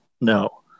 no